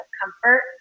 comfort